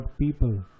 people